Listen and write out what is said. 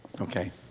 okay